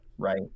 right